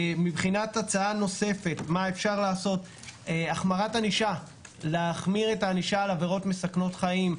הצעה נוספת לגבי מה אפשר לעשות היא החמרת ענישה על עבירות מסכנות חיים,